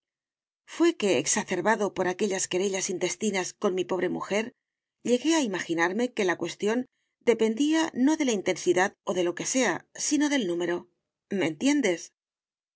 fué que exacerbado por aquellas querellas intestinas con mi pobre mujer llegué a imaginarme que la cuestión dependía no de la intensidad o de lo que sea sino del número me entiendes